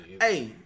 Hey